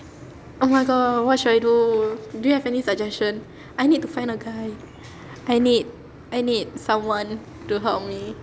oh my god what should I do do you have any suggestion I need to find a guy I need I need someone to help me